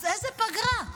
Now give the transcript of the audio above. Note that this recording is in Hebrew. אז איזו פגרה?